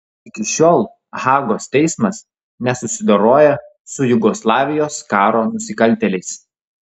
iki šiol hagos teismas nesusidoroja su jugoslavijos karo nusikaltėliais